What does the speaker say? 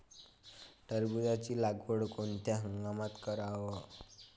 टरबूजाची लागवड कोनत्या हंगामात कराव?